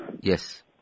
Yes